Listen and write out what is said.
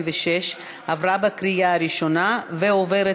46) (בחירות בבתי-סוהר ובמקומות מעצר),